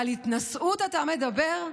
על התנשאות אתה מדבר?